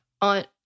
on